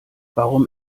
warum